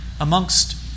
amongst